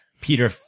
Peter